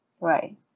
right